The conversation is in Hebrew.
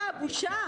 --- הבושה?